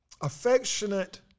affectionate